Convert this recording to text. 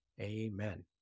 amen